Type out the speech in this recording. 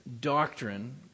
doctrine